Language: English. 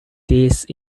these